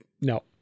no